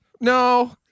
No